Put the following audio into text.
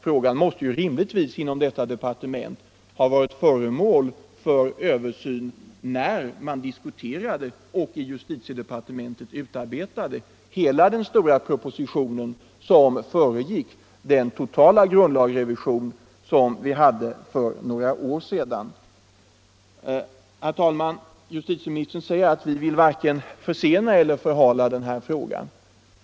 Frågan måste ju rimligtvis inom detta departement ha varit förmål för översyn när man diskuterade och i justitiedepartementet utarbetade hela den stora propositionen som föregick den totala grundlagsrevision som genomfördes för några år sedan. Herr talman! Justitieministern säger att regeringen vill varken försena eller förhala denna fråga.